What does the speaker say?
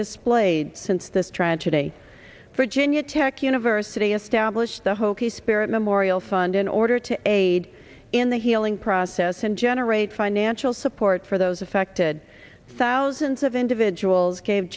displayed since this tragedy for ginia tech university established the hokie spirit memorial fund in order to aid in the healing process and generate financial support for those affected thousands of individuals gave